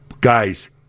guys